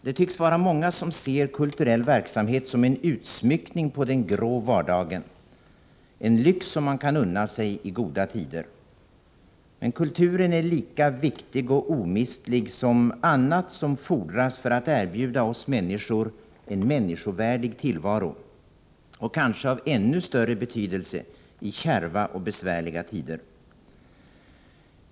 Det tycks vara många som ser kulturell verksamhet som en utsmyckning av den grå vardagen, som en lyx man kan unna sig i goda tider. Men kulturen är lika viktig och omistlig som annat som fordras för att erbjuda oss människor en människovärdig tillvaro, och kanske är den av ännu större betydelse i kärva och besvärliga tider.